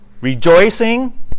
rejoicing